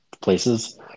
places